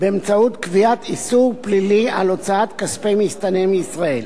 באמצעות קביעת איסור פלילי על הוצאת כספי מסתנן מישראל.